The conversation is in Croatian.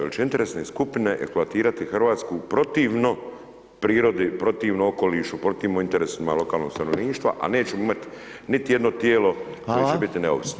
Jer će interesne skupine eksploatirati Hrvatsku protivno prirodi, protivno okolišu, protivno interesima lokalnog stanovništva a nećemo imati niti jedno tijelo koje će biti neovisno.